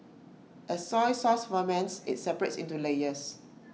as soy sauce ferments IT separates into layers